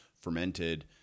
fermented